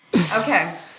Okay